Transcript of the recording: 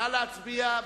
נא להצביע.